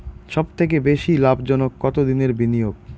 সবথেকে বেশি লাভজনক কতদিনের বিনিয়োগ?